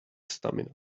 stamina